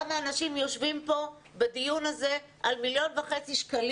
כמה אנשים יושבים פה בדיון הזה על 1,500,000 ₪?